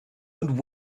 and